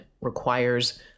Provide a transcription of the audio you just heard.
requires